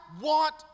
want